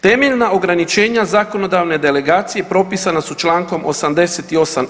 Temeljna ograničenja zakonodavne delegacije propisana su čl. 88.